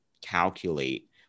calculate